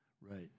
right